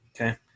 Okay